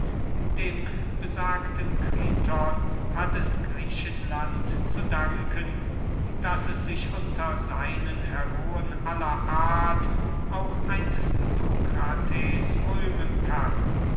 dem besagten kriton hat es griechenland zu danken daß es sich unter seinen heroen aller art auch eines sokrates rühmen kann